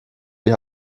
die